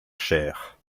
chair